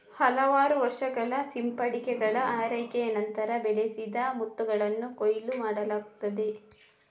ಹಲವಾರು ವರ್ಷಗಳ ಸಿಂಪಿಗಳ ಆರೈಕೆಯ ನಂತರ, ಬೆಳೆಸಿದ ಮುತ್ತುಗಳನ್ನ ಕೊಯ್ಲು ಮಾಡಲಾಗ್ತದೆ